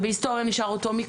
בהיסטוריה נשאר אותו מיקוד.